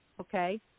okay